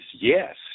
yes